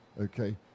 okay